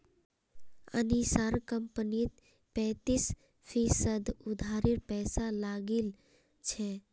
अनीशार कंपनीत पैंतीस फीसद उधारेर पैसा लागिल छ